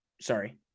sorry